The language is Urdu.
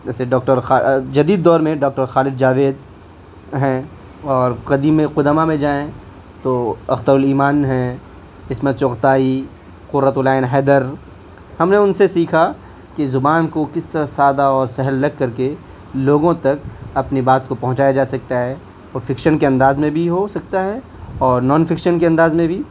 جیسے ڈاکٹر جدید دور میں ڈاکٹر خالد جاوید ہیں اور قدیم قدما میں جائیں تو اختر الایمان ہیں عصمت چغتائی قرۃ العین حیدر ہم نے ان سے سیکھا کہ زبان کو کس طرح سادہ اور سہل رکھ کر کے لوگوں تک اپنی بات کو پہنچایا جا سکتا ہے وہ فکشن کے انداز میں بھی ہو سکتا ہے اور نون فکشن کے انداز میں بھی